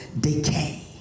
decay